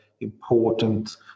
important